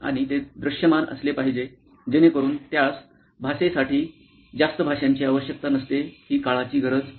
आणि ते दृश्यमान असले पाहिजे जेणेकरून त्यास भाषेसाठी जास्त भाषांची आवश्यकता नसते ही काळाची गरज आहे